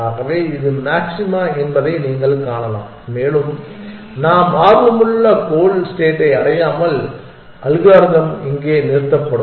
ஆகவே இது மாக்ஸிமா என்பதை நீங்கள் காணலாம் மேலும் நாம் ஆர்வமுள்ள கோல் ஸ்டேட்டை அடையாமல் அல்காரிதம் இங்கே நிறுத்தப்படும்